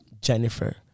Jennifer